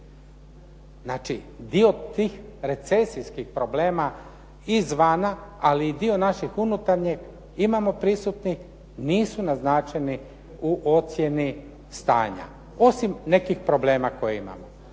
Znači, dio tih recesijskih problema izvana, ali i dio naših unutarnjih imamo prisutnih nisu naznačeni u ocjeni stanja osim nekih problema koje imamo.